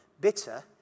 bitter